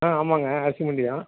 ஆ ஆமாங்க அரிசி மண்டி தான்